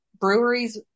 breweries